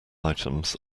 items